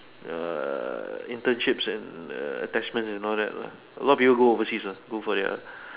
the internships and err attachment and all that lah what a lot of people go overseas what go for their